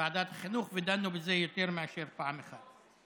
ועדת חינוך ודנו בזה יותר מאשר פעם אחת.